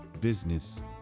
business